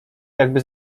jakby